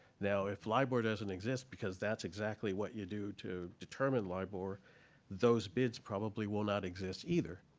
now, if libor doesn't exist because that's exactly what you do to determine libor those bids probably will not exist, either.